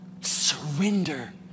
surrender